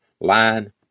Line